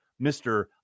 Mr